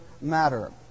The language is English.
matter